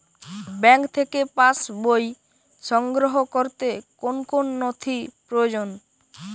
Bank থেকে pass বই সংগ্রহ করতে কোন কোন নথি প্রয়োজন?